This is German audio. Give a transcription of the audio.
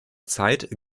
zeit